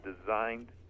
designed